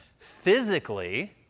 physically